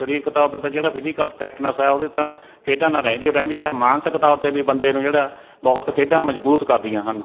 ਸਰੀਰਕ ਤੌਰ 'ਤੇ ਤਾਂ ਜਿਹੜਾ ਫਿਜੀਕਲ ਫਿਟਨਸ ਹੈ ਉਹਦੇ ਤਾਂ ਖੇਡਾਂ ਨਾਲ ਰਹਿੰਦੀ ਹੋ ਰਹਿੰਦੀ ਹੈ ਮਾਨਸਿਕ ਤੌਰ 'ਤੇ ਵੀ ਬੰਦੇ ਨੂੰ ਜਿਹੜਾ ਬਹੁਤ ਖੇਡਾਂ ਮਜ਼ਬੂਤ ਕਰਦੀਆਂ ਹਨ